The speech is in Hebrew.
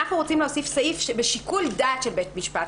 אנחנו רוצים להוסיף סעיף בשיקול דעת של בית משפט.